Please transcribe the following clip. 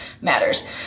matters